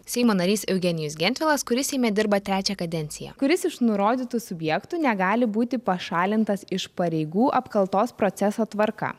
seimo narys eugenijus gentvilas kuris seime dirba trečią kadenciją kuris iš nurodytų subjektų negali būti pašalintas iš pareigų apkaltos proceso tvarka